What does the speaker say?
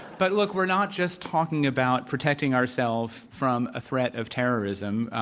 but look, we're not just talking about protecting ourself from a threat of terrorism,